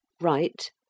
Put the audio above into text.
Right